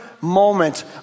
moment